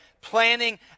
planning